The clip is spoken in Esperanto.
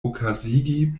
okazigi